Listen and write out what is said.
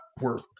work